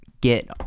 get